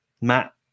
Matt